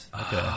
Okay